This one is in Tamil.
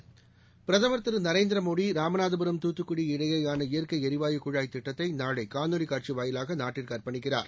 இனி விரிவான செய்திகள் பிரதமர் திரு நரேந்திர மோடி ராமநாதபுரம் தூத்துக்குடி இடையேயான இயற்கை எரிவாயு குழாய் திட்டத்தை நாளை காணொலி காட்சி வாயிலாக நாட்டுக்கு அர்ப்பணிக்கிறார்